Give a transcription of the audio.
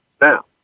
Now